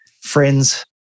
friends